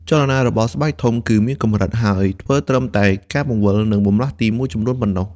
ចលនារបស់ស្បែកធំគឺមានកម្រិត ហើយធ្វើត្រឹមតែការបង្វិល និងបន្លាស់ទីមួយចំនួនប៉ុណ្ណោះ។